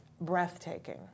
breathtaking